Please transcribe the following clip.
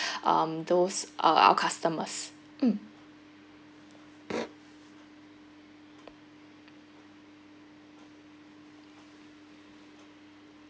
um those uh our customers mm